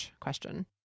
question